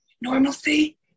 normalcy